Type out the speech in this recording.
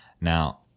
Now